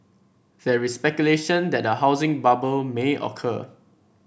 there is speculation that a housing bubble may occur